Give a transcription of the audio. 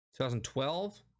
2012